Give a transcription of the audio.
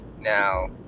Now